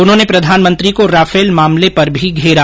उन्होंने प्रधानमंत्री को राफैल मामले पर भी घेरा